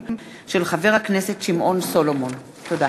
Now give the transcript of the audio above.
דיון מהיר בהצעתו של חבר הכנסת שמעון סולומון בנושא: